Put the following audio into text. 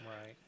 Right